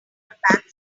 back